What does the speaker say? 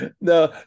no